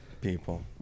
People